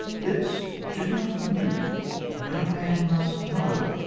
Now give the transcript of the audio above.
lips, do not move no man must know.